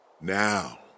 Now